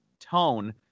tone